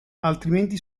altrimenti